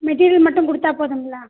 material மட்டும் கொடுத்தா போதும்ங்களா